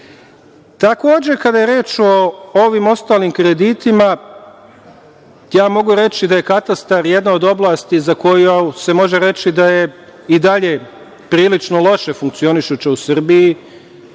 Srbije. Takođe, kada je reč o ovim ostalim kreditima, mogu reći da je katastar jedna od oblasti za koju se može reći da i dalje prilično loše funkcioniše u Srbiji,